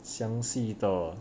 详细的